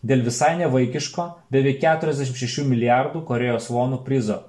dėl visai nevaikiško beveik keturiasdešim šešių milijardų korėjos vonų prizo